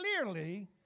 clearly